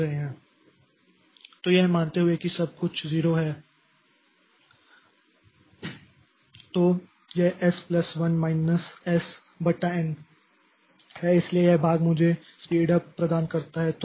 तो यह मानते हुए कि वे सब कुछ 0 हैं तो यह एस प्लस 1 माइनस एस बटा एन है इसलिए यह भाग मुझे स्पीड उप प्रदान करता है